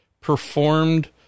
performed